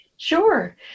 Sure